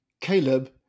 Caleb